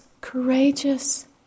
courageous